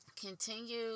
continue